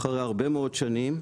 אחרי הרבה מאוד שנים,